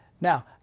Now